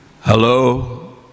hello